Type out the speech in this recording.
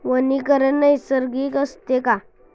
वनीकरण नैसर्गिक असते का?